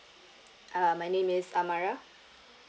uh my name is amara